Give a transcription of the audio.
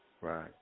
Right